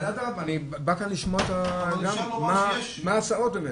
אבל אדרבא, אני בא לכאן לשמוע מה ההצעות באמת.